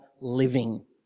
living